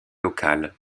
locale